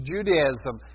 Judaism